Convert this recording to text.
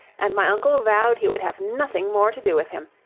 and my uncle vowed he would have nothing more to do with him.